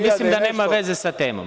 Mislim da to nema veze sa temom.